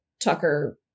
Tucker